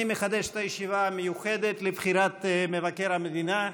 אני מחדש את הישיבה המיוחדת לבחירת מבקר המדינה.